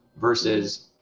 versus